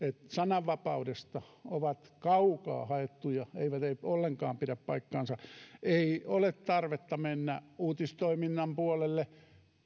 sananvapaudesta ovat kaukaa haettuja eivät ollenkaan pidä paikkaansa ei ole tarvetta mennä uutistoiminnan puolelle